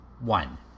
One